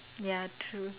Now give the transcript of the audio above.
ya true